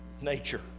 nature